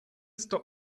stop